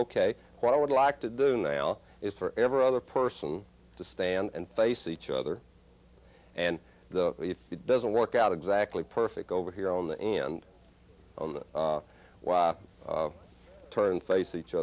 ok what i would like to do now is for every other person to stand and face each other and the if it doesn't work out exactly perfect over here on and on was turned face each